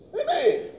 Amen